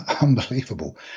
unbelievable